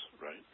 right